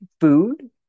food